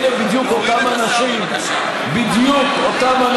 אלה בדיוק אותם אנשים, נא לרדת.